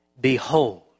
Behold